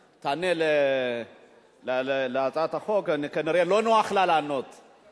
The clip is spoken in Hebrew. סדר-יומנו: הצעת חוק הלוואות לדיור (תיקון,